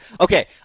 okay